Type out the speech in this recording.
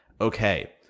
okay